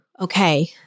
okay